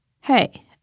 Hey